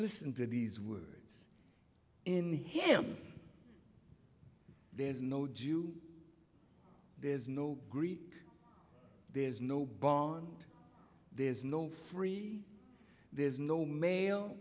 listen to these words in him there's no due there's no greek there's no bond there's no free there's no male